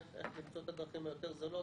איך למצוא את הדרכים היותר זולות.